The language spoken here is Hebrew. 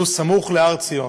שהוא סמוך להר ציון.